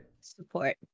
Support